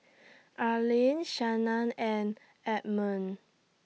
Arlyn Shannan and Edmund